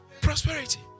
Prosperity